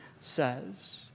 says